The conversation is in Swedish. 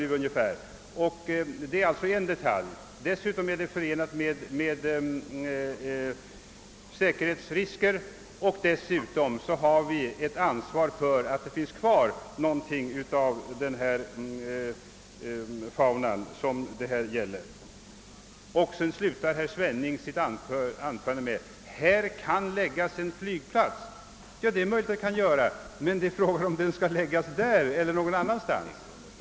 Det är emellertid bara en detalj. Fåglarna utgör emellertid också en säkerhetsrisk. Vidare har vi väl ändå ett ansvar för att något av den fauna det här gäller bevaras. Herr Svenning slutade med att säga att en flygplats kan förläggas till den plats vi här diskuterar. Ja, det är möjligt. Men frågan är huruvida det är riktigt att förlägga den dit, eller om den i stället bör förläggas någon annanstans.